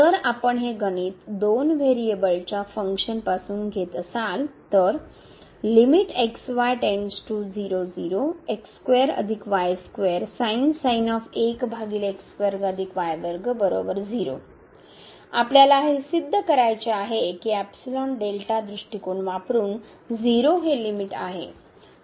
जर आपण हे गणित दोन व्हेरिएबलच्या फंक्शन पासून घेत असाल तर आपल्याला हे सिद्ध करायचे आहे की ϵδ दृष्टीकोन वापरुन0 हे लिमिट आहे